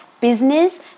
business